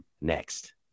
next